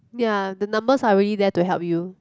ya the numbers are already there to help you